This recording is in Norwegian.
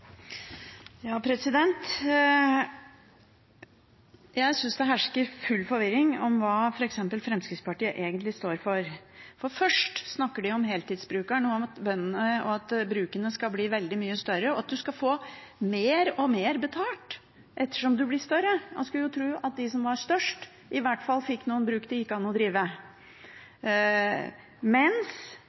hersker full forvirring om hva f.eks. Fremskrittspartiet egentlig står for. For først snakker de om heltidsbrukeren, at brukene skal bli veldig mye større, og at en skal få mer og mer betalt etter hvert som en blir større – man skulle jo tro at de som var størst, i hvert fall fikk noen bruk det gikk an å drive